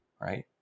right